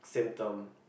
same term